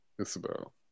Isabel